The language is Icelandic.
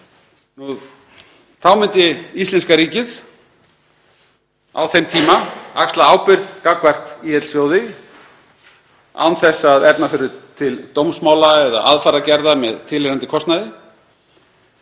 Þá myndi íslenska ríkið á þeim tíma axla ábyrgð gagnvart ÍL-sjóði án þess að efna til dómsmála eða aðfarargerða með tilheyrandi kostnaði.